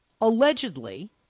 allegedly